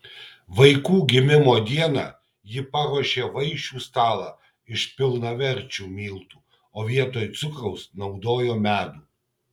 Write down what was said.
vaikų gimimo dieną ji paruošė vaišių stalą iš pilnaverčių miltų o vietoj cukraus naudojo medų